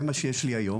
זה מה שיש לי היום,